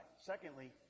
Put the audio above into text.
Secondly